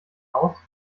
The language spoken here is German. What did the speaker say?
aus